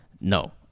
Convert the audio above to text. No